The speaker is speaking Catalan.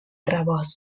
rebost